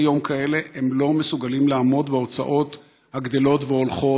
יום כאלה שהם לא מסוגלים לעמוד בהוצאות הגדלות והולכות.